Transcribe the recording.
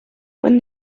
when